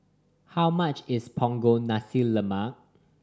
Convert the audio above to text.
how much is Punggol Nasi Lemak